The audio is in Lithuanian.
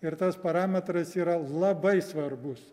ir tas parametras yra labai svarbus